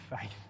faith